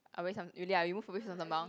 I always really ah you move away from Sembawang